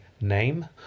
name